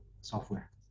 software